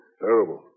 Terrible